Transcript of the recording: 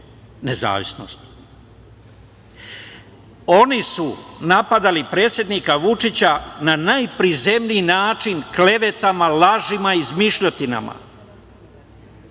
nezavisnosti. Oni su napadali predsednika Vučića na najprizemniji način klevetama, lažima, izmišljotinama